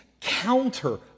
counter